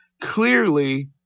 clearly